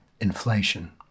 Inflation